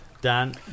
Dan